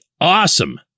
awesome